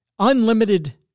Unlimited